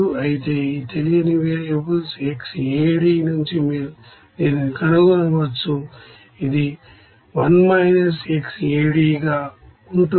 అయితే ఈ తెలియని వేరియబుల్స్xAD నుంచి మీరు దీనిని కనుగొనవచ్చు ఇది 1 మైనస్ xAD ఉంటుంది